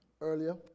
earlier